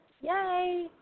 yay